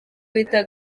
twita